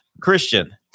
Christian